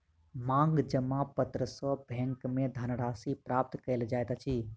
मांग जमा पत्र सॅ बैंक में धन राशि प्राप्त कयल जाइत अछि